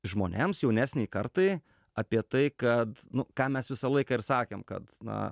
žmonėms jaunesnei kartai apie tai kad nu ką mes visą laiką ir sakėm kad na